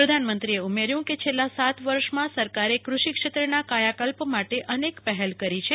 પ્રધાનમંત્રીએ કહ્યું કે છેલ્લા સાત વર્ષમાં સરકારે કૃષિક્ષેત્રના કાયાકલ્પ માટે અનેક પહેલ કરી છે